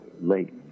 late